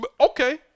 Okay